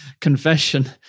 confession